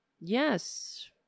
Yes